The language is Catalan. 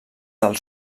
del